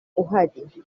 uhari